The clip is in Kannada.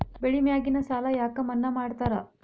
ಬೆಳಿ ಮ್ಯಾಗಿನ ಸಾಲ ಯಾಕ ಮನ್ನಾ ಮಾಡ್ತಾರ?